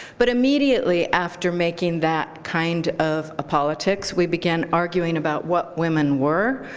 but immediately after making that kind of a politics, we began arguing about what women were,